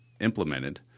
implemented –